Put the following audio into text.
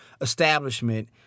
establishment